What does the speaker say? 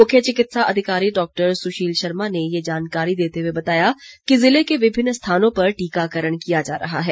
मुख्य चिकित्सा अधिकारी डॉक्टर सुशील शर्मा ने ये जानकारी देते हुए बताया कि जिले के विभिन्न स्थानों पर टीकाकरण किया जा रहा है